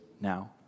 now